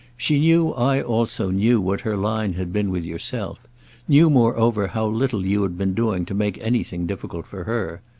she knew i also knew what her line had been with yourself knew moreover how little you had been doing to make anything difficult for her.